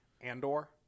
Andor